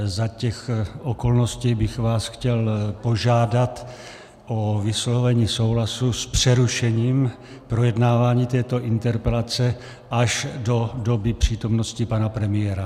Za těch okolností bych vás chtěl požádat o vyslovení souhlasu s přerušením projednávání této interpelace až do doby přítomnosti pana premiéra.